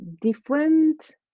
different